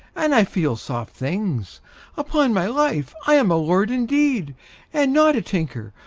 and i feel soft things upon my life, i am a lord indeed and not a tinker,